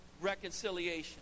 reconciliation